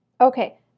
Okay